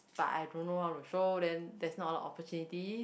but I don't know how to show them that's not the opportunity